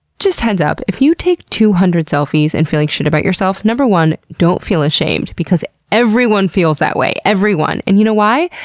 just heads up. if you take two hundred selfies and feel like shit about yourself, number one don't feel ashamed, because everyone feels that way. everyone. and you know why?